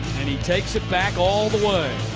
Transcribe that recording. and he takes it back all the way.